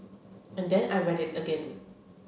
and then I read it again